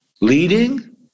leading